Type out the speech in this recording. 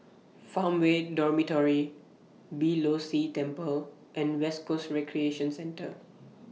Farmway Dormitory Beeh Low See Temple and West Coast Recreation Centre